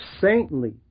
saintly